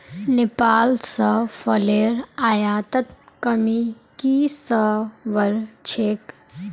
नेपाल स फलेर आयातत कमी की स वल छेक